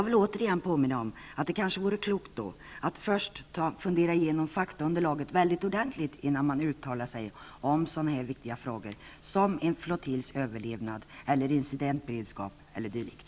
Det kanske vore klokt att ordentligt fundera igenom faktaunderlaget innan man uttalar sig i sådana viktiga frågor som en flottiljs överlevnad, incidentberedskap e.d.